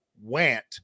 went